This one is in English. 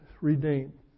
redeemed